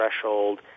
threshold